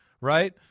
right